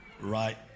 right